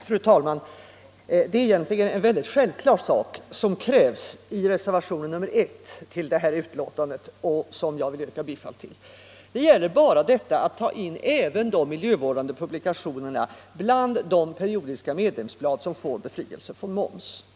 Fru talman! Det är egentligen en väldigt självklar sak som krävs i reservationen 1, som jag vill yrka bifall till. Det gäller bara detta att ta in även miljövårdande publikationer bland de periodiska medlemsblad som får befrielse från moms.